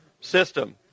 system